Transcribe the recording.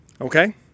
Okay